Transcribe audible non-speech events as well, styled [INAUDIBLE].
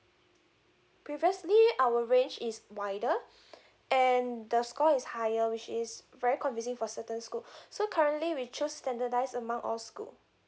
previously our range is wider [BREATH] and the score is higher which is very confusing for certain school [BREATH] so currently we just standardise among all school